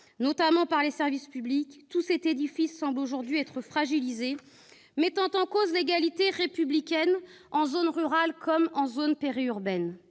territoire par les services publics, tout cet édifice semble aujourd'hui fragilisé, ce qui met en cause l'égalité républicaine, en zone rurale comme en zone périurbaine.